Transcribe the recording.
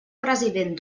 president